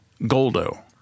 goldo